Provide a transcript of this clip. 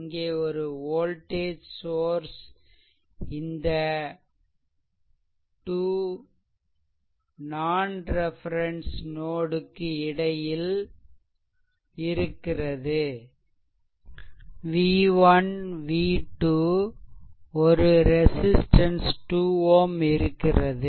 இங்கே ஒரு voltage source இந்த 2 நான் ரெஃபெரென்ஸ் நோட்க்கு இடையே இருக்கிறது v1 v2 ஒரு ரெசிஸ்ட்டன்ஸ் 2 Ω இருக்கிறது